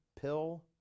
pill